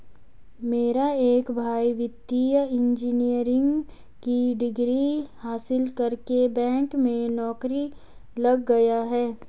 मेरा एक भाई वित्तीय इंजीनियरिंग की डिग्री हासिल करके बैंक में नौकरी लग गया है